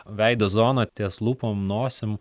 veido zona ties lūpom nosim